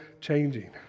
changing